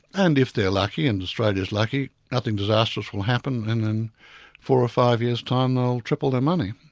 and if they're lucky, and australia's lucky, nothing disastrous will happen and in four or five years time they'll triple their money.